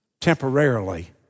temporarily